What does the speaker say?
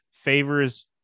favors